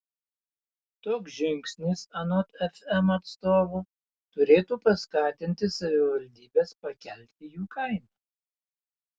toks žingsnis anot fm atstovų turėtų paskatinti savivaldybes pakelti jų kainą